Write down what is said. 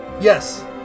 Yes